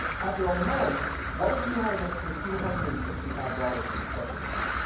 after a month, what if you had an extra two hundred and sixty five dollars in your checking account,